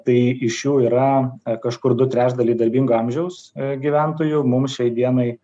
tai iš jų yra kažkur du trečdaliai darbingo amžiaus gyventojų mums šiai dienai